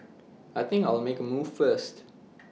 I think I'll make A move first